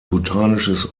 botanisches